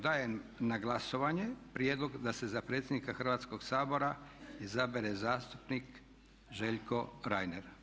Dajem na glasovanje prijedlog da se za predsjednika Hrvatskoga sabora izabere zastupnik Željko Reiner.